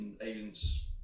agents